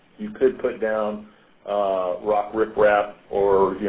you could put down rock riprap, or